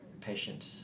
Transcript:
patient